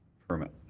permit.